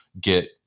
get